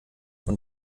und